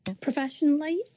Professionally